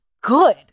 good